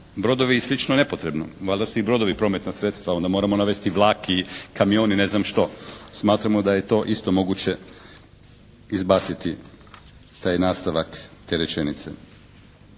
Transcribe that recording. Brodovi i slično nepotrebno. Valjda su i brodovi prometna sredstva. Onda moramo navesti i vlak i kamion i ne znam što. Smatramo da je to isto moguće izbaciti, taj nastavak te rečenice.